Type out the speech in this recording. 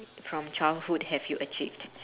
from childhood have you achieved